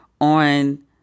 on